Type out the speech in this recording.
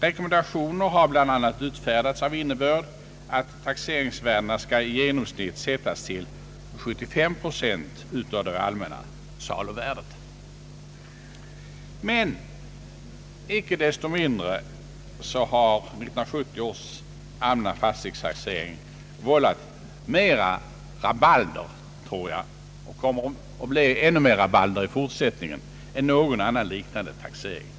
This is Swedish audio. Rekommendationer har bl.a. utfärdats av innebörd att taxeringsvärdena i genomsnitt skall sättas till 75 procent av det allmänna saluvärdet. Men trots aktiviteten uppifrån har 1970 års allmänna fastighetstaxering vållat mera rabalder och kommer att vålla ännu mera rabalder i fortsättningen än någon annan liknande taxering.